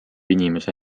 inimese